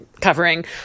covering